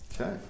Okay